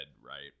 right